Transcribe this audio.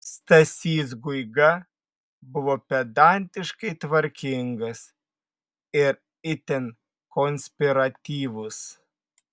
stasys guiga buvo pedantiškai tvarkingas ir itin konspiratyvus